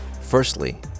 Firstly